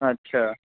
আচ্ছা